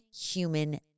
human